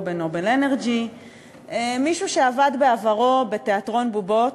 או ב"נובל אנרג'י"; מישהו שעבד בעברו בתיאטרון בובות,